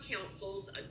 councils